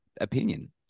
opinion